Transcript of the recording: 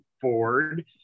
Ford